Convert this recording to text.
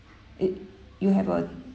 it you have a